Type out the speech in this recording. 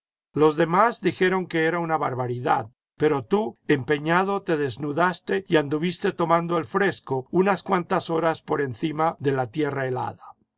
los demás dijeron que era una barbaridad pero tú empeñado te desnudaste y anduviste tomando el fresco unas cuantas horas por encima de la tierra helada